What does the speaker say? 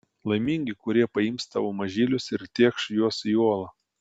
laimingi kurie paims tavo mažylius ir tėkš juos į uolą